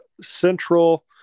central